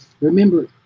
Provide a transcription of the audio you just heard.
Remember